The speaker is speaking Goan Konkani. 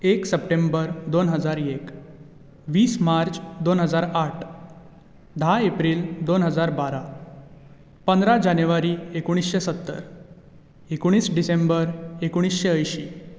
एक सप्टेंबर दोन हजार एक वीस मार्च दोन हजार आठ धा एप्रील दोन हजार बारा पंदरा जानेवारी एकूणीसशे सत्तर एकूणीस डिसेंबर एकूणूसशे एैंशी